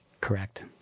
Correct